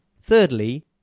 Thirdly